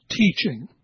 teaching